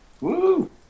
Woo